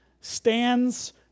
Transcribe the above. stands